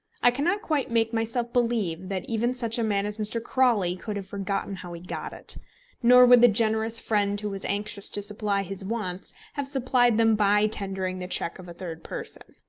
i cannot quite make myself believe that even such a man as mr. crawley could have forgotten how he got it nor would the generous friend who was anxious to supply his wants have supplied them by tendering the cheque of a third person.